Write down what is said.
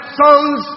sons